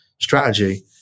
strategy